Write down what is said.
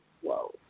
whoa